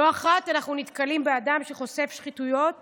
לא אחת אנחנו נתקלים באדם שחושף שחיתויות